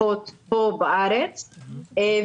איזה שטויות.